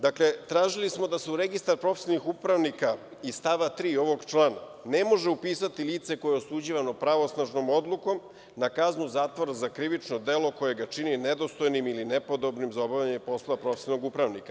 Dakle, tražili smo da se u registar profesionalnih upravnika iz stava 3. ovog člana ne može upisati lice koje je osuđivano pravosnažnom odlukom na kaznu zatvora za krivično delo koje ga čini nedostupnim ili nepodobnim za obavljanje poslova profesionalnog upravnika.